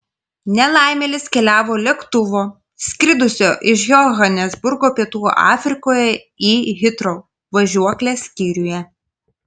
nelaimėlis keliavo lėktuvo skridusio iš johanesburgo pietų afrikoje į hitrou važiuoklės skyriuje